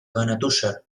benetússer